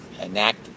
enact